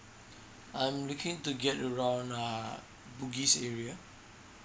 I'm looking to get around err bugis area